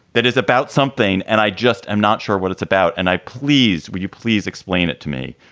that is about something. and i just i'm not sure what it's about. and i please would you please explain it to me?